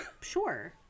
Sure